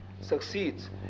succeeds